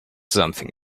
something